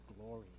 glory